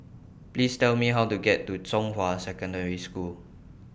Please Tell Me How to get to Zhonghua Secondary School